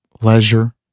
leisure